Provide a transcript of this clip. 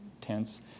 tense